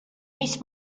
mis